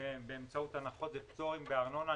באמצעות הנחות ופטורים בארנונה.